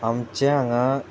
आमचे हांगा